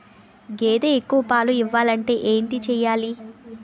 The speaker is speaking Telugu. గేదె ఎక్కువ పాలు ఇవ్వాలంటే ఏంటి చెయాలి?